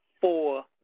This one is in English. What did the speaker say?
four